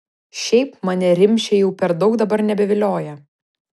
šiaip mane rimšė jau per daug dabar nebevilioja